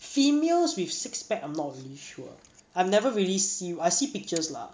females with six pack I'm not really sure I've never really see~ I see pictures lah